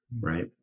Right